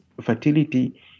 fertility